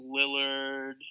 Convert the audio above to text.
Lillard